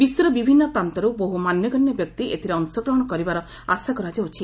ବିଶ୍ୱର ବିଭିନ୍ନ ପ୍ରାନ୍ତର୍ ବହୁ ମାନ୍ୟଗଣ୍ୟ ବ୍ୟକ୍ତି ଏଥିରେ ଅଂଶଗ୍ରହଣ କରିବାର ଆଶା କରାଯାଉଛି